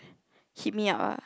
hit me up ah